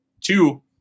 Two